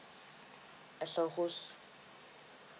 as a host